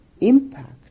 impact